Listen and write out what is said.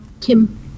Kim